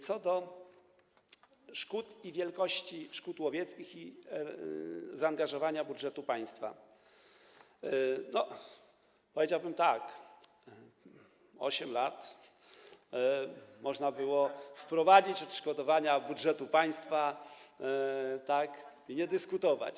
Co do szkód, wielkości szkód łowieckich i zaangażowania budżetu państwa to powiedziałbym tak: 8 lat, można było wprowadzić odszkodowania z budżetu państwa i nie dyskutować.